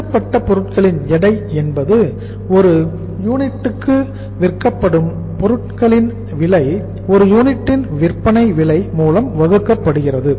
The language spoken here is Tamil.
முடிக்கப்பட்ட பொருட்களின் எடை என்பது ஒரு யூனிட்டுக்கு விற்கப்படும் பொருட்களின் விலை ஒரு யூனிட்டின் விற்பனை விலை மூலம் வகுக்கப்படுகிறது